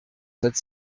sept